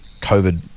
COVID